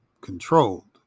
controlled